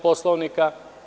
Poslovnika.